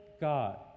God